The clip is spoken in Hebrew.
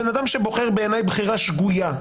בן אדם שבוחר בחירה שגויה,